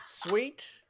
Sweet